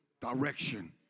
direction